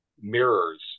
mirrors